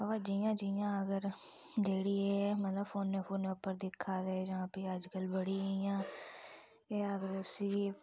अवा जि'यां जि'यां जेह्ड़ी एह् फोने फूने उप्पर आखै दे अजकल बड़ी इ'यां केह् आखदे उसी